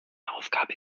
aufgabe